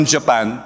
Japan